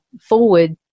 forward